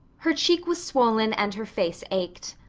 her cheek was swollen and her face ached.